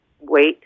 wait